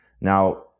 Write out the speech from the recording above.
Now